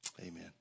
Amen